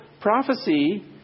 prophecy